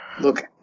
Look